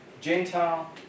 Gentile